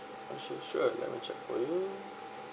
uh sure sure let me check for you